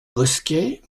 bosquet